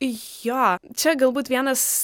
jo čia galbūt vienas